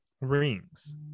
rings